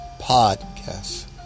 podcasts